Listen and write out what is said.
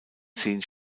zehn